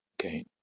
Okay